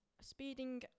speeding